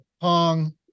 pong